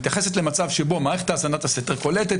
מתייחסת למצב שבו מערכת האזנת הסתר קולטת